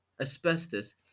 asbestos